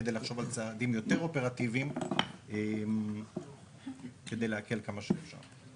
כדי לחשוב על צעדים יותר אופרטיביים כדי להקל כמה שאפשר.